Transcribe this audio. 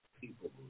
people